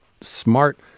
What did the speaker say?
smart